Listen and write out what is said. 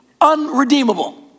unredeemable